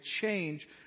change